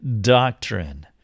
doctrine